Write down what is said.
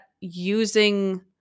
using